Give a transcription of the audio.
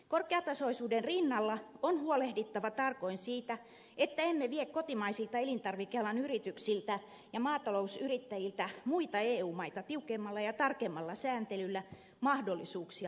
korkeatasoisuuden rinnalla on huolehdittava tarkoin siitä että emme vie kotimaisilta elintarvikealan yrityksiltä ja maatalousyrittäjiltä muita eu maita tiukemmalla ja tarkemmalla sääntelyllä mahdollisuuksia menestyä